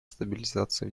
стабилизации